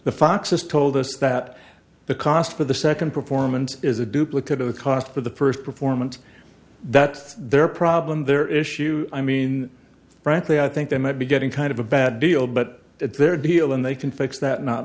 the foxes told us that the cost for the second performance is a duplicate of the cost of the first performance that's their problem their issue i mean frankly i think they might be getting kind of a bad deal but at their deal and they can fix that not